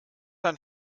dann